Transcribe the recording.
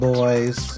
Boys